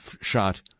shot